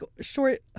short